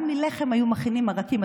גם מלחם היו מכינים מרקים.